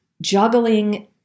juggling